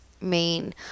Main